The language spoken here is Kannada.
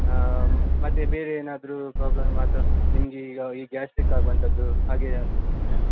ಮತ್ತು ಬೇರೆ ಏನಾದರೂ ಪ್ರಾಬ್ಲಮ್ ಅಥ್ವ ನಿಮಗೆ ಈಗ ಈ ಗ್ಯಾಸ್ಟಿಕ್ ಆಗುವಂಥದ್ದು ಹಾಗೇನಾದರೂ ಇದೆಯಾ